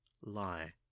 Lie